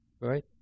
right